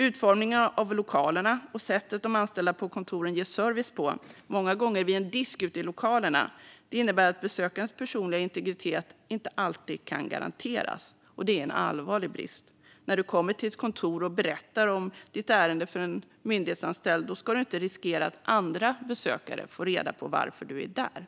Utformningen av lokalerna och sättet de anställda på kontoren ger service på, många gånger vid en disk ute i lokalerna, innebär att besökarens personliga integritet inte alltid kan garanteras. Det är en allvarlig brist. När du kommer till ett kontor och berättar om ditt ärende för en myndighetsanställd ska du inte riskera att andra besökare får reda på varför du är där.